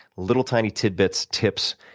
little tiny tidbits, tips,